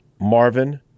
Marvin